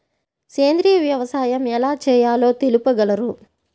సేంద్రీయ వ్యవసాయం ఎలా చేయాలో తెలుపగలరు?